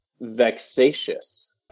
vexatious